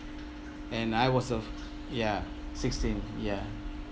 and I was the ya sixteen ya